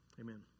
Amen